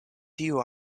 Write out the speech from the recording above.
tiu